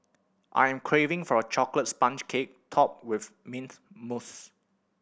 I am craving for a chocolate sponge cake topped with mint mousse